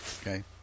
Okay